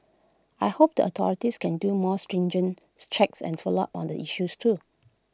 I hope the authorities can do more stringent checks and follow up on the issues too